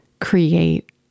create